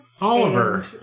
Oliver